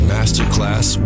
Masterclass